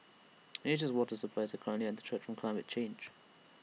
Asia's water supply is currently under threat from climate change